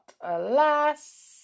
alas